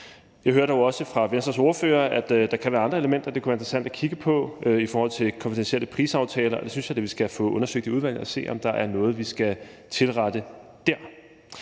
Jeg hører dog også fra Venstres ordfører, at der kan være andre elementer, det kunne være interessant at kigge på, i forhold til konfidentielle prisaftaler, og det synes jeg da vi skal få undersøgt i udvalget og se, om der er noget, vi skal tilrette dér.